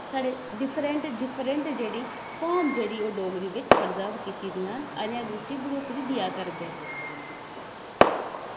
साढ़े different different जेह्ड़ी farm जेह्ड़ी ओह् डगरी च प्रजर्व कीती गेदियां न ते ऐहीं बी उसी बढ़ोतरी